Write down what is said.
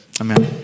Amen